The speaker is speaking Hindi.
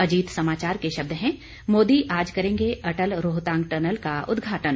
अजीत समाचार के शब्द हैं मोदी आज करेंगे अटल रोहतांग टनल का उदघाटन